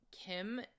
Kim